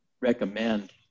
recommend